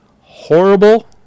horrible